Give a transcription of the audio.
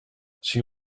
she